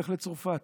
אלך לצרפת.